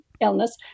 Illness